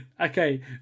Okay